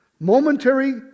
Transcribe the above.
momentary